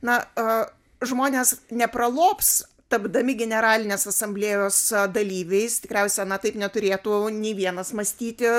na a žmonės nepralobs tapdami generalinės asamblėjos dalyviais tikriausiai na taip neturėtų nei vienas mąstyti